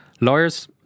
Lawyers